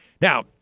Now